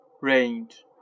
Range